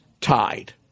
tied